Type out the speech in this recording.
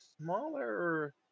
smaller